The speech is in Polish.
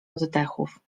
oddechów